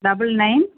double nine